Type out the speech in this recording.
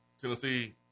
Tennessee